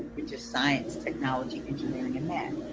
which is science technology engineering and math,